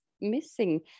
missing